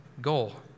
goal